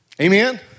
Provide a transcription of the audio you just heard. amen